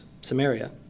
Samaria